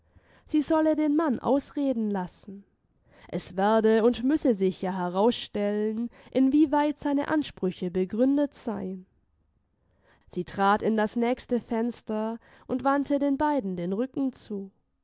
sie solle den mann ausreden lassen es werde und müsse sich ja herausstellen inwieweit seine ansprüche begründet seien sie trat in das nächste fenster und wandte den beiden den rücken zu